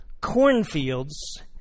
Cornfields